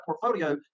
portfolio